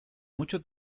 mucho